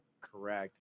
correct